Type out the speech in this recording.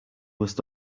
must